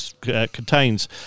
contains